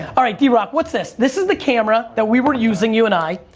alright, d-rock what's this? this is the camera that we were using, you and i.